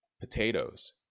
potatoes